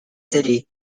city